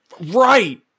right